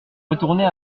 retourner